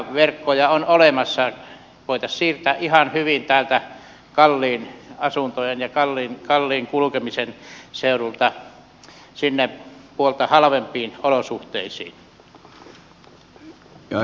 verkkoja on olemassa voitaisiin siirtää ihan hyvin täältä kalliiden asuntojen ja kalliin kulkemisen seudulta sinne puolta halvempiin olosuhteisiin